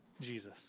Jesus